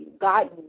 God